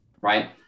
right